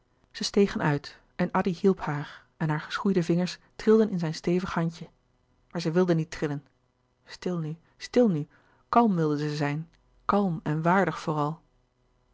zij stegen uit en addy hielp haar en hare geschoeide vingers trilden in zijn stevig handje maar zij wilde niet trillen stil nu stil nu kalm wilde zij zijn kalm en waardig vooral